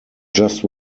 just